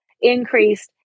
increased